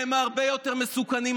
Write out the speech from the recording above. הם הרבה יותר מסוכנים.